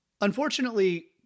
Unfortunately